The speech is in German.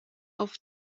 auf